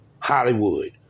Hollywood